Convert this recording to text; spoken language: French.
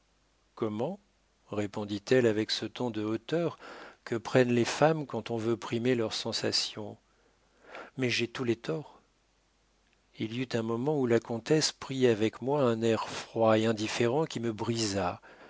comment répondit-elle avec ce ton de hauteur que prennent les femmes quand on veut primer leurs sensations mais j'ai tous les torts il y eut un moment où la comtesse prit avec moi un air froid et indifférent qui me brisa